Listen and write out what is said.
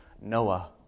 Noah